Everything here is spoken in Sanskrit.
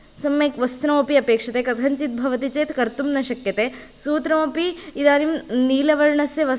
सम्यक् वस्त्रमपि अपेक्षते कथञ्चित् भवति चेत् कर्तुम् न शक्यते सूत्रमपि इदानीं नीलवर्णस्य वस्